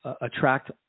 attract